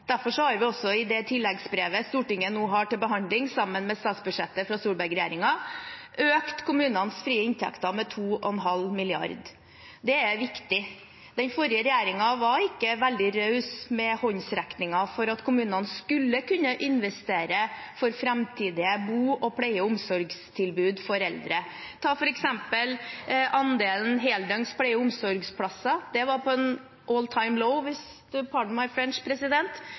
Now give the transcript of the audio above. Derfor har vi i den tilleggsproposisjonen Stortinget nå har til behandling sammen med statsbudsjettet fra Solberg-regjeringen, økt kommunenes frie inntekter med 2,5 mrd. kr. Det er viktig. Den forrige regjeringen var ikke veldig raus med håndsrekninger for at kommunene skulle kunne investere i framtidige bo- og pleie- og omsorgstilbud for eldre. Ta f.eks. andelen heldøgns pleie- og omsorgsplasser: Den var «all time low» – «pardon my French», president